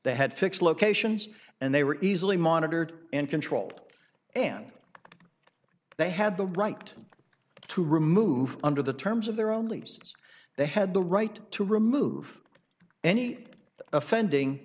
they had fixed locations and they were easily monitored and controlled and they had the right to remove under the terms of their own lease they had the right to remove any offending